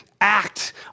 act